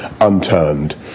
unturned